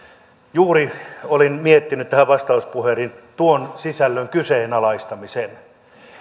juuri olin miettinyt tähän vastauspuheeseeni tuon sisällön kyseenalaistamisen